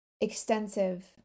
extensive